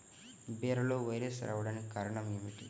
బీరలో వైరస్ రావడానికి కారణం ఏమిటి?